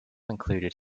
included